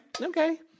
okay